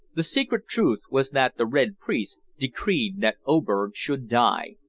the secret truth was that the red priest decreed that oberg should die,